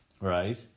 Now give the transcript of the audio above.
right